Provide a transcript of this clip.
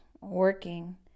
working